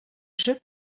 jeu